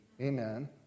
Amen